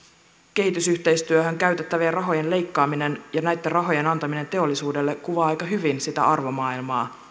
kehitysyhteistyöhön käytettävien rahojen leikkaaminen ja näitten rahojen antaminen teollisuudelle kuvaa aika hyvin sitä arvomaailmaa